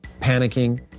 panicking